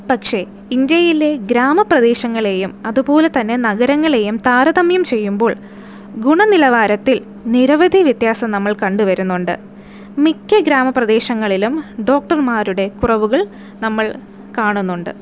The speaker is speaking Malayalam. പക്ഷെ ഇന്ത്യയിലെ ഗ്രാമ പ്രദേശങ്ങളെയും അതുപോലെതന്നെ നഗരങ്ങളെയും താരതമ്യം ചെയ്യുമ്പോൾ ഗുണനിലവാരത്തിൽ നിരവധി വ്യത്യാസം നമ്മൾ കണ്ട് വരുന്നുണ്ട് മിക്ക ഗ്രാമ പ്രദേശങ്ങളിലും ഡോക്ടർമാരുടെ കുറവുകൾ നമ്മൾ കാണുന്നുണ്ട്